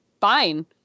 fine